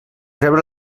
rebre